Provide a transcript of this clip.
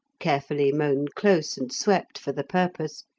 carefully mown close and swept for the purpose,